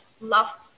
love